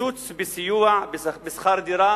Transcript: קיצוץ בסיוע בשכר דירה